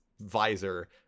visor